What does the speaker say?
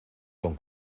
con